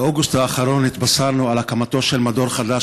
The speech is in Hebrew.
באוגוסט האחרון התבשרנו על הקמתו של מדור חדש